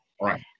right